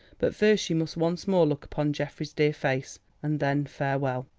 but first she must once more look upon geoffrey's dear face and then farewell!